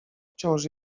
wciąż